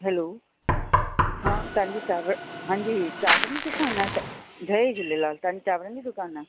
hello हा तव्हांजी चांवर हांजी चांवरनि जी दुकानु आहे त जय झूलेलाल तव्हांजी चांवरनि जी दुकानु आहे